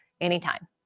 anytime